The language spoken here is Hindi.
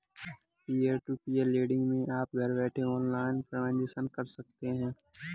पियर टू पियर लेंड़िग मै आप घर बैठे ऑनलाइन ट्रांजेक्शन कर सकते है